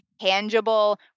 tangible